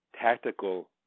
tactical